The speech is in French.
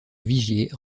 vigier